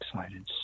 excited